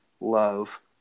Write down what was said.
love